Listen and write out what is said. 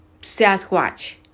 Sasquatch